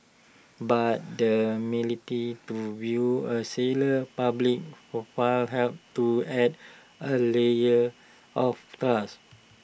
but the milit to view A seller's public profile helps to add A layer of